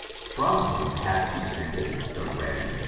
from whom have descended the red,